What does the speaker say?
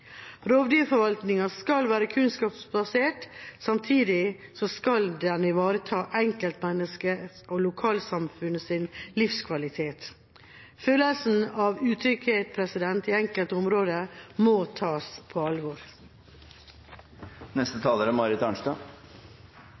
Rovdyrforvaltninga skal være kunnskapsbasert. Samtidig skal den ivareta enkeltmenneskets og lokalsamfunnets livskvalitet. Følelsen av utrygghet i enkelte områder må tas på alvor.